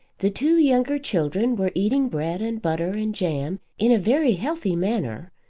the two younger children were eating bread and butter and jam in a very healthy manner,